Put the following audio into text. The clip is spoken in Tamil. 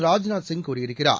ராஜ்நாத் சிங் கூறியிருக்கிறார்